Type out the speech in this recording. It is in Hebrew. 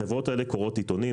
החברות האלה קוראות עיתונים,